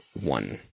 one